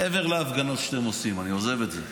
מעבר להפגנות שאתם עושים, אני עוזב את זה,